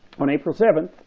on april seventh,